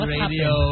Radio